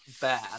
bad